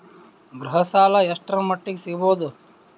ಗೃಹ ಸಾಲ ಎಷ್ಟರ ಮಟ್ಟಿಗ ಸಿಗಬಹುದು?